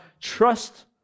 trust